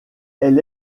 elle